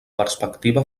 perspectiva